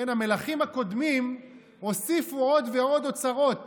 כן, המלכים הקודמים הוסיפו עוד ועוד אוצרות